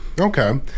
Okay